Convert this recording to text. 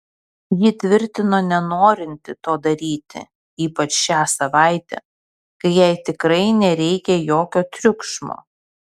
ji tvirtino nenorinti to daryti ypač šią savaitę kai jai tikrai nereikia jokio triukšmo